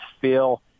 feel